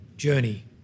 Journey